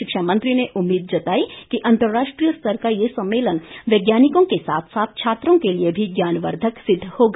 शिक्षा मंत्री ने उम्मीद जताई कि अंतर्राष्ट्रीय स्तर का ये सम्मेलन वैज्ञानिकों के साथ साथ छात्रों के लिए भी ज्ञानवर्धक सिद्ध होगा